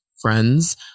friends